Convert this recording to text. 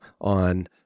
on